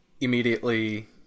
immediately